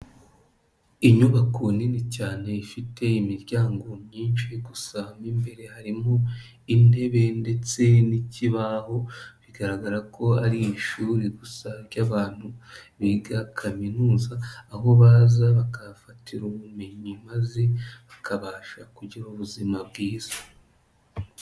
Inyubako nini cyane ifite imiryango myinshi gusa mo imbere harimo intebe ndetse n'ikibaho, bigaragara ko ari ishuri gusa ry'abantu biga kaminuza, aho baza bakahafatira ubumenyi maze bakabasha kugira ubuzima bwiza.